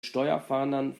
steuerfahndern